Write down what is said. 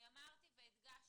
אמרתי והדגשתי: